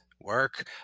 work